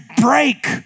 break